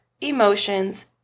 emotions